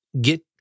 get